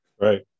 Right